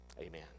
Amen